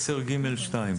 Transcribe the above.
(10)(ג)(2).